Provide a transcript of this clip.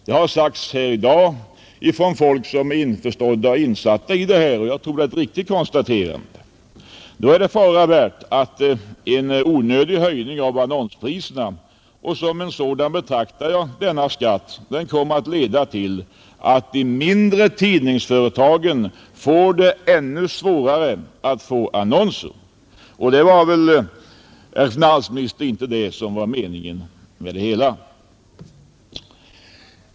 Det har sagts här i dag av folk som är insatta i problemet, och jag tror att det är ett riktigt konstaterande, Då är det fara värt att en onödig höjning av annonspriserna — och som en sådan betraktar jag denna skatt — kommer att leda till att de mindre tidningsföretagen får det ännu svårare att få annonser, och det var väl, herr finansminister, inte det som var meningen med det hela.